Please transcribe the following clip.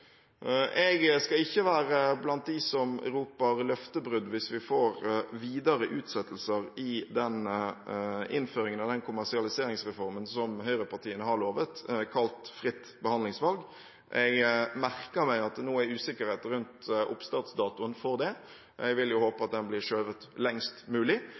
Jeg skal ikke være blant dem som roper løftebrudd hvis vi får videre utsettelser i innføringen av den kommersialiseringsreformen som høyrepartiene har lovet, kalt «fritt behandlingsvalg». Jeg merker meg at det nå er usikkerhet rundt oppstartsdatoen for det. Jeg vil jo håpe at den blir skjøvet lengst mulig.